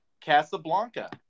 Casablanca